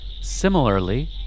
Similarly